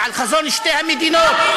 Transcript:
ועל חזון שתי המדינות,